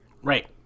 Right